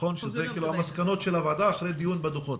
שזה מסקנות הוועדה אחרי דיון בדו"חות.